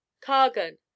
Cargan